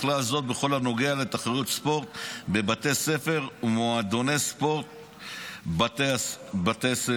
ובכלל זה כל הנוגע לתחרויות ספורט בבתי ספר ובמועדוני ספורט בית ספריים.